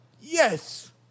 Yes